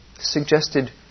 suggested